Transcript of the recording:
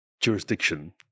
jurisdiction